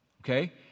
Okay